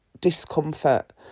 discomfort